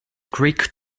greek